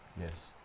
Yes